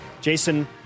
Jason